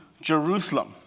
Jerusalem